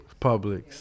Publix